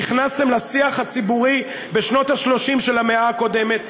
שהכנסתם לשיח הציבורי בשנות ה-30 של המאה הקודמת.